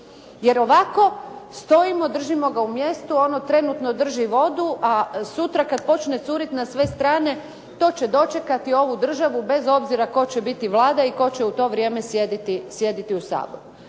jer ovako stojimo, držimo ga u mjestu, ono trenutno drži vodu, a sutra kad počne curiti na sve strane, to će dočekati ovu državu bez obzira tko će biti Vlada i tko će u to vrijeme sjediti u Saboru.